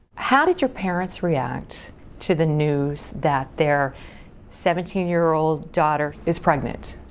how did your parents react to the news that their seventeen year old daughter is pregnant?